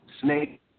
Snake